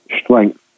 strength